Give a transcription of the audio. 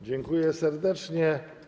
Dziękuję serdecznie.